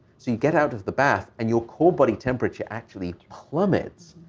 so you get out of the bath, and your core body temperature actually plummets,